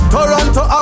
Toronto